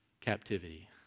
captivity